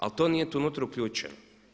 Ali to nije tu unutra uključeno.